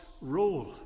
role